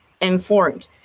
informed